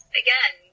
again